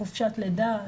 חופשת לידה,